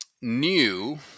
new